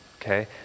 Okay